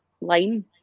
line